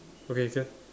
okay can